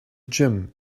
gym